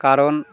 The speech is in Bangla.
কারণ